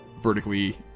vertically